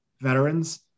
veterans